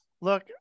look